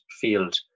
field